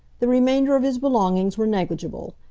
the remainder of his belongings were negligible.